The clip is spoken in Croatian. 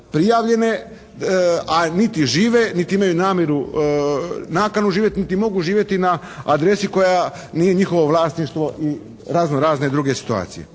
prijavljene a niti žive niti imaju namjeru, nakanu živjeti, niti mogu živjeti na adresi koja nije njihovo vlasništvo i razno-razne druge situacije.